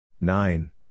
nine